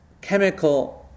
chemical